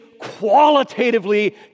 qualitatively